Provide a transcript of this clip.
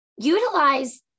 utilize